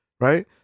right